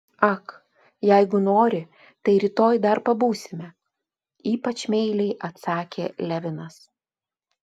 ak jeigu nori tai rytoj dar pabūsime ypač meiliai atsakė levinas